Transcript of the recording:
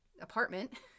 apartment